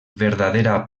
verdadera